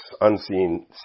unseen